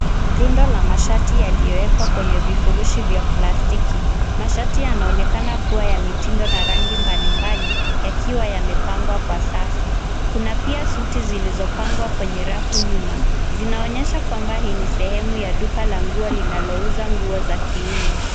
Rundo la mashati iliyowekwa kwenye vifurushi cha plastiki. Mashati yanaonekana kuwa ya mitindo na rangi mbalimbali yakiwa yamepangwa kwa safu. Kuna pia suti zilizopangwa kwenye rafu nyuma. Zinaonyesha kwamba hii ni sehemu ya duka la nguo linalouza nguo za kiume.